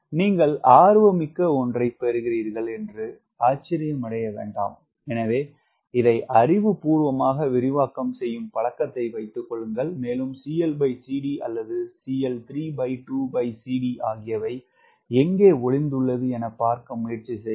நீங்கள் ஆர்வமிக்க ஒன்றை பெறுகிறீர்கள் என்று ஆச்சர்யமடைய வேண்டாம் எனவே இதை அறிவுபூர்வமாக விரிவாக்கம் செய்யும் பழக்கத்தை வைத்துக்கொள்ளுங்கள் மேலும் அல்லது ஆகியவை எங்கே ஒளிந்துள்ளது என பார்க்க முயற்சி செய்யுங்கள்